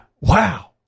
Wow